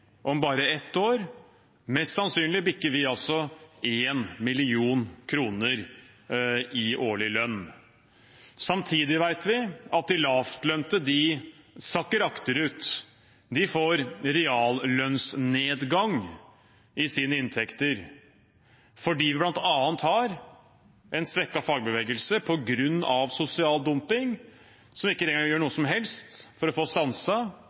om bare ett år mest sannsynlig 1 mill. kr i årlig lønn. Samtidig vet vi at de lavtlønte sakker akterut. De får reallønnsnedgang i sine inntekter fordi vi bl.a. har en svekket fagbevegelse på grunn av sosial dumping, som regjeringen ikke gjør noe som helst for å